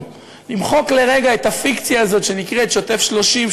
למחוק לרגע את הפיקציה הזאת שנקראת שוטף 30,